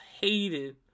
hated